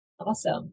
Awesome